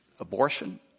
Abortion